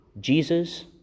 Jesus